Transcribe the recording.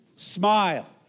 Smile